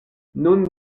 nun